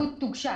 ההסתייגות הוגשה.